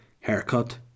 haircut